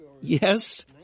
Yes